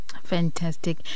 Fantastic